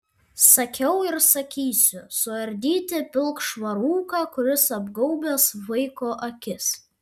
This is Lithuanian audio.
sakiau ir sakysiu suardyti pilkšvą rūką kuris apgaubęs vaiko akis